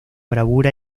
bravura